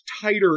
tighter